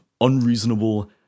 unreasonable